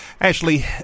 Ashley